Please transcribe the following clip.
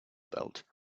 belt